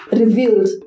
revealed